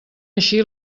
així